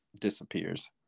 disappears